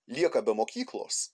lieka be mokyklos